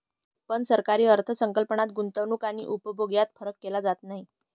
पण सरकारी अर्थ संकल्पात गुंतवणूक आणि उपभोग यात फरक केला जात नाही